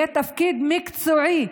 יהיה תפקיד מקצועי,